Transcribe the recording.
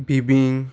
बिबीक